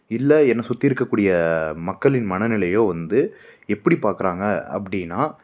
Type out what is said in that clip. இல்லை என்னை சுற்றி இருக்கக்கூடிய மக்களின் மனநிலையோ வந்து எப்படி பார்க்கறாங்க அப்படின்னா